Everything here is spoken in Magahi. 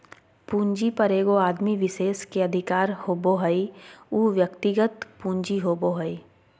पूंजी पर एगो आदमी विशेष के अधिकार होबो हइ उ व्यक्तिगत पूंजी होबो हइ